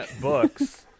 books